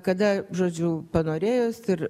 kada žodžiu panorėjus ir